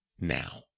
now